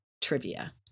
trivia